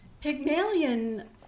Pygmalion